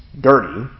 dirty